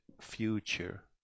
future